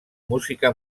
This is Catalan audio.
música